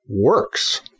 works